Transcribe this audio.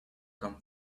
come